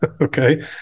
Okay